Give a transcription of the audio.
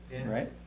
Right